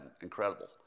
incredible